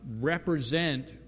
represent